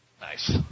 Nice